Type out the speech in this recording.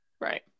Right